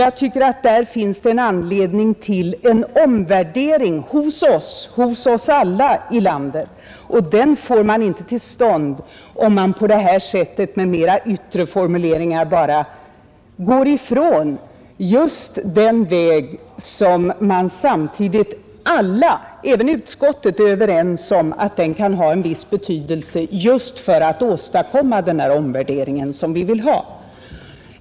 Jag tycker att där finns det anledning till en omvärdering hos oss alla i landet, och den omvärderingen får man inte till stånd om man på detta sätt med mera yttre formuleringar bara går ifrån den väg som enligt allas uppfattning — även utskottets — kan ha en viss betydelse just för att åstadkomma denna omvärdering som vi önskar.